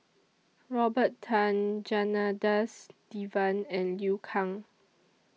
Robert Tan Janadas Devan and Liu Kang